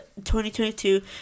2022